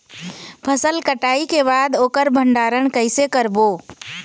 फसल कटाई के बाद ओकर भंडारण कइसे करबो?